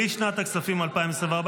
לשנת הכספים 2024,